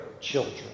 children